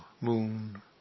moon